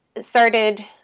started